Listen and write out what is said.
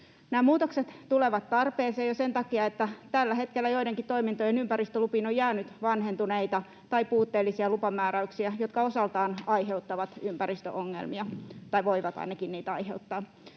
Nämä muutokset tulevat tarpeeseen jo sen takia, että tällä hetkellä joidenkin toimintojen ympäristölupiin on jäänyt vanhentuneita tai puutteellisia lupamääräyksiä, jotka osaltaan aiheuttavat ympäristöongelmia tai voivat ainakin niitä aiheuttaa.